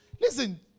Listen